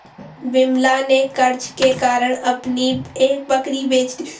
विमला ने कर्ज के कारण अपनी एक बकरी बेच दी